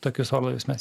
tokius orlaivius mes